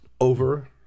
over